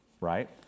right